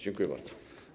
Dziękuję bardzo.